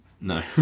No